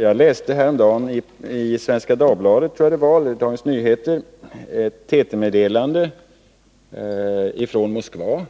Jag läste häromdagen i Svenska Dagbladet eller Dagens Nyheter ett TT-meddelande från Moskva